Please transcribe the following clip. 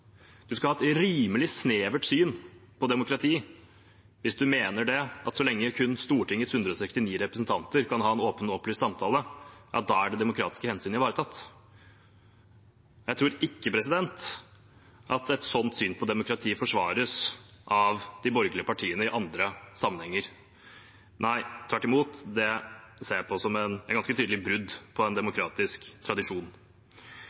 skal ha et rimelig snevert syn på demokrati hvis en mener at så lenge kun Stortingets 169 representanter kan ha en åpen og opplyst samtale, er det demokratiske hensynet ivaretatt. Jeg tror ikke at et sånt syn på demokratiet forsvares av de borgerlige partiene i andre sammenhenger. Tvert imot, det ser jeg på som et ganske tydelig brudd på en demokratisk tradisjon.